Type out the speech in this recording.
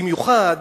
במיוחד